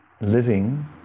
living